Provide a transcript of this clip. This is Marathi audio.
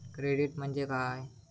क्रेडिट म्हणजे काय?